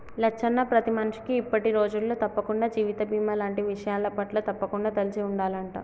లచ్చన్న ప్రతి మనిషికి ఇప్పటి రోజులలో తప్పకుండా జీవిత బీమా లాంటి విషయాలపట్ల తప్పకుండా తెలిసి ఉండాలంట